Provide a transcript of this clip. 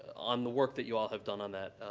on the work that you all have done on that.